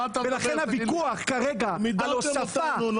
מידרתם אותנו.